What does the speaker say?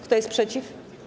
Kto jest przeciw?